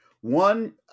One